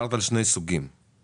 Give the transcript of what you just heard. דיברת על שני סוגי בטטות.